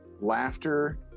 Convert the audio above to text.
laughter